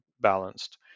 balanced